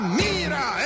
mira